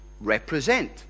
represent